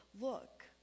look